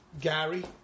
Gary